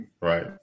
right